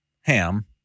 Ham